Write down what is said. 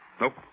Nope